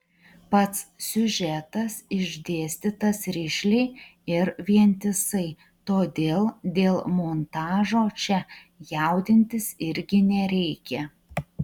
pats siužetas išdėstytas rišliai ir vientisai todėl dėl montažo čia jaudintis irgi nereikia